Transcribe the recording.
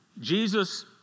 Jesus